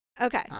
Okay